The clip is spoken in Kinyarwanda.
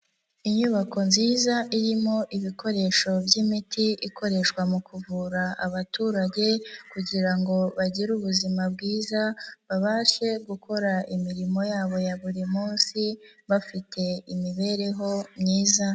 Inyubako nziza irimo ibikoresho by'imiti ikoreshwa mu kuvura abaturage, kugira ngo bagire ubuzima bwiza, babashe gukora imirimo yabo ya buri munsi, bafite imibereho myiza.